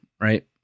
right